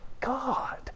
God